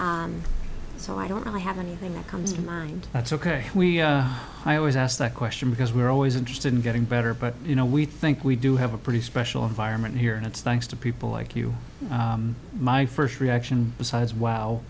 so i don't really have anything that comes to mind that's ok i always ask that question because we're always interested in getting better but you know we think we do have a pretty special environment here and it's thanks to people like you my first reaction besides wow